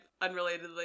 unrelatedly